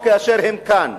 או כאשר הם כאן?